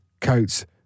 coats